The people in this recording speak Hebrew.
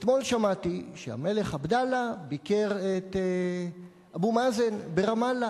אתמול שמעתי שהמלך עבדאללה ביקר את אבו מאזן ברמאללה.